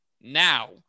now